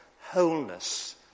wholeness